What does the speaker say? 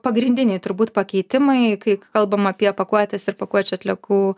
pagrindiniai turbūt pakeitimai kai kalbam apie pakuotes ir pakuočių atliekų